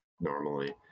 normally